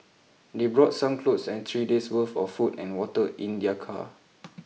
they brought some clothes and three days' worth of food and water in their car